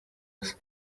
asa